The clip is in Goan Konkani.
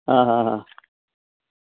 आं हां हां